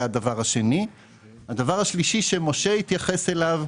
הדבר השלישי שמשה התייחס אליו הוא